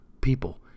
people